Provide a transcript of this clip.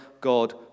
God